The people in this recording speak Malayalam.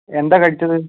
എന്താ കഴിച്ചത്